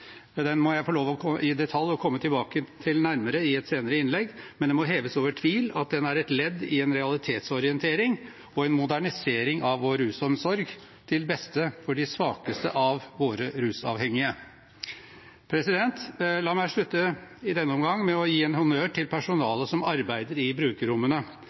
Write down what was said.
Den utvidelsen vi nå gir åpning for, gir adgang til å innta andre stoffer enn heroin og til å inhalere stoffet. Det må jeg få lov til å komme tilbake til i nærmere detalj i et senere innlegg, men det må heves over tvil at den er et ledd i en realitetsorientering og en modernisering av vår rusomsorg, til beste for de svakeste av våre rusavhengige. La meg i denne omgang